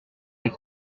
avec